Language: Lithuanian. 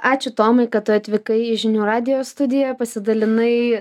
ačiū tomai kad tu atvykai į žinių radijo studiją pasidalinai